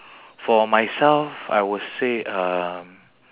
in my secondary school